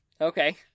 Okay